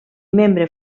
membre